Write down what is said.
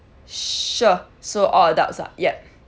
sure so all adults ah yup